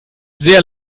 sehr